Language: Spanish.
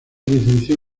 licenció